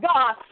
God